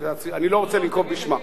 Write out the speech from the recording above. אני לא רוצה לנקוב בשמה.